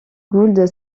gould